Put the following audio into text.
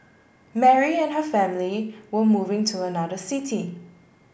Mary and her family were moving to another city